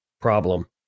problem